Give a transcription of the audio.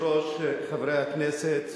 אדוני היושב-ראש, חברי הכנסת,